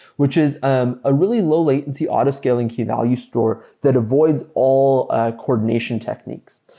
which is um a really low-latency autoscaling key value store that avoids all coordination techniques.